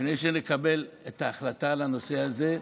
לפני שנקבל את ההחלטה לגבי הנושא הזה.